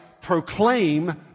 proclaim